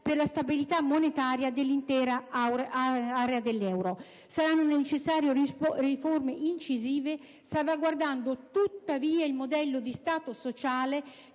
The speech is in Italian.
per la stabilità monetaria dell'intera area dell'euro. Saranno necessarie riforme incisive, tuttavia salvaguardando il modello di stato sociale